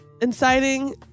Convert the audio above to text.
inciting